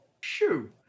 Shoo